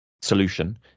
solution